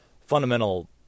fundamental